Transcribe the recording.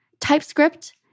TypeScript